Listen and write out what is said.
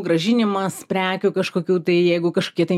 grąžinimas prekių kažkokių tai jeigu kažkokie tai